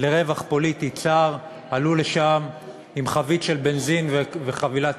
לרווח פוליטי צר עלו לשם עם חבית של בנזין וחבילת